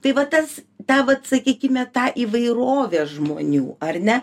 tai va tas ta vat sakykime ta įvairovė žmonių ar ne